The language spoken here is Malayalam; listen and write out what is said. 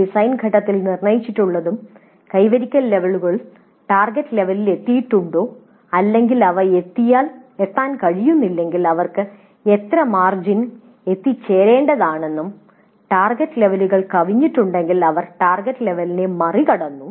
ഡിസൈൻ ഘട്ടത്തിൽ നിർണ്ണയിച്ചിട്ടുള്ള ടാർഗെറ്റുകളെ താരതമ്യപ്പെടുത്തുമ്പോൾ സിഒകളുടെ യഥാർത്ഥ നേട്ടം കൈവരിക്കൽ ലെവലുകൾ അവ ടാർഗെറ്റ് ലെവലിൽ എത്തിയിട്ടുണ്ടോ അല്ലെങ്കിൽ എത്താൻ കഴിയുന്നില്ലെങ്കിൽ അവർക്ക് എത്തിച്ചേരാൻ എത്ര മാർജിൻ വേണ്ടതാണെന്നും ടാർഗെറ്റ് ലെവലുകൾ കവിഞ്ഞിട്ടുണ്ടെങ്കിൽ അവ എത്രത്തോളം ടാർഗെറ്റ് ലെവലിനെ മറികടന്നു